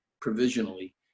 provisionally